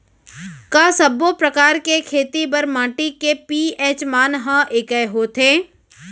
का सब्बो प्रकार के खेती बर माटी के पी.एच मान ह एकै होथे?